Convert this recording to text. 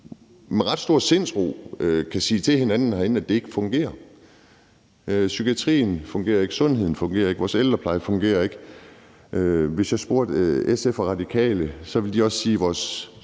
med ret stor sindsro kan sige til hinanden herinde, at det ikke fungerer. Psykiatrien fungerer ikke, sundhedssystemet fungerer ikke, vores ældrepleje fungerer ikke, og hvis jeg spurgte SF og Radikale, ville de også sige, at vores